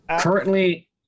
currently